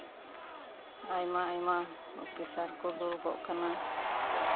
officer ᱠᱚ ᱫᱩᱲᱩᱵᱚᱜ ᱠᱟᱱᱟ